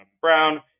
Brown